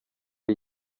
ari